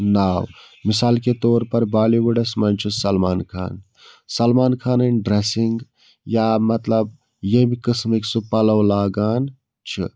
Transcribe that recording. ناو مِثال کے طور پَر بالی وُڈَس منٛز چھُ سَلمان خان سَلمان خانٕنۍ ڈریسِنٛگ یا مطلب ییٚمہِ قٕسمٕکۍ سُہ پَلَو لاگان چھِ